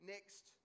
next